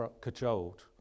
cajoled